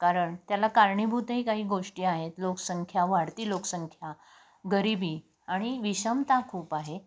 कारण त्याला कारणीभूतही काही गोष्टी आहेत लोकसंख्या वाढती लोकसंख्या गरिबी आणि विषमता खूप आहे